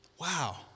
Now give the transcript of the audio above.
Wow